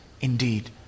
indeed